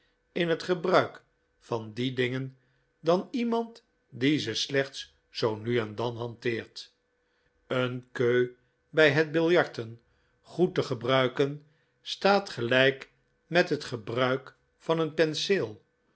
in het gebruik van die dingen dan iemand die ze slechts zoo nu en dan hanteert een queue bij het biljarten goed te gebruiken staat gelijk met het gebruik van een penseel